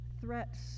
threats